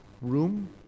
room